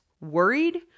worried